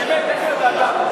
באמת, איך ידעת?